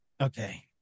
okay